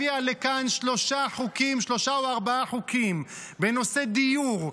הביאה לכאן שלושה או ארבעה חוקים בנושאי דיור,